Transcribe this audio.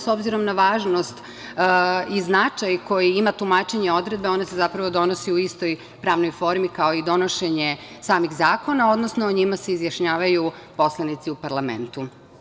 S obzirom na važnost i značaj koji ima tumačenje odredbe, one se zapravo donose u istoj pravnoj formi kao i donošenje samih zakona, odnosno o njima se izjašnjavaju poslanici u parlamentu.